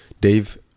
Dave